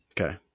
Okay